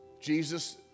Jesus